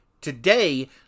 today